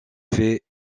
fait